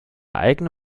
eigene